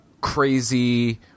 crazy